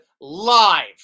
live